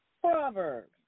Proverbs